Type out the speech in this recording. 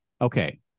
okay